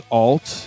alt